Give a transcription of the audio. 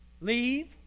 Leave